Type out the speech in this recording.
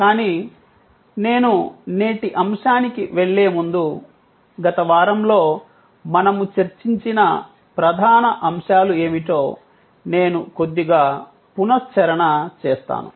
కానీ నేను నేటి అంశానికి వెళ్లే ముందు గత వారంలో మనము చర్చించిన ప్రధాన అంశాలు ఏమిటో నేను కొద్దిగా పునశ్చరణ చేస్తాను